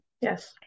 yes